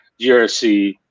GRC